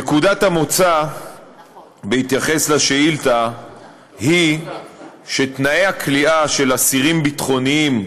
נקודת המוצא בהתייחס לשאילתה היא שתנאי הכליאה של אסירים ביטחוניים,